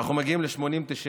ואנחנו מגיעים ל-80,000,